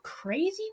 Crazy